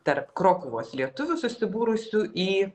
tarp krokuvos lietuvių susibūrusių į